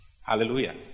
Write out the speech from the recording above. Hallelujah